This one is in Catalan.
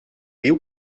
viu